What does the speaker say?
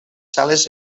sales